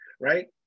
right